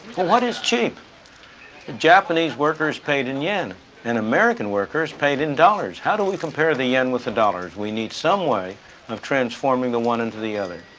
well. what is cheap? a japanese worker is paid in yen an american worker is paid in dollars. how do we compare the yen with the dollar? we need some way of transforming the one into the other.